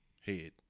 head